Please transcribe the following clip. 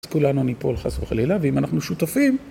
כולנו ניפול חס וחלילה ואם אנחנו שותפים